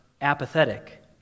apathetic